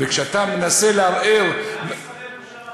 וכשאתה מנסה לערער, גם משרדי ממשלה.